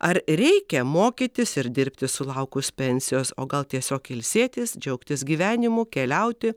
ar reikia mokytis ir dirbti sulaukus pensijos o gal tiesiog ilsėtis džiaugtis gyvenimu keliauti